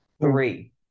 Three